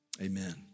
Amen